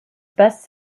passe